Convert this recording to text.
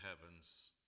heavens